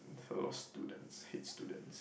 a lot of students hate students